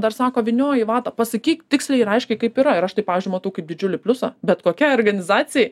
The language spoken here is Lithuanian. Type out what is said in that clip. dar sako vynioja į vatą pasakyk tiksliai ir aiškiai kaip yra ir aš tai pavyzdžiui matau kaip didžiulį pliusą bet kokiai organizacijai